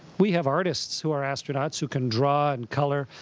we have artists who are astronauts who can draw and colour,